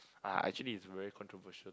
ah actually it's very controversial